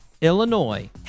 Illinois